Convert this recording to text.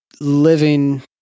Living